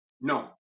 No